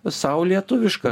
sau lietuvišką